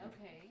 Okay